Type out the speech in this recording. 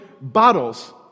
bottles